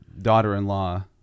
daughter-in-law